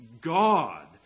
God